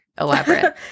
elaborate